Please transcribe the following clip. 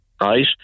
right